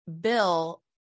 Bill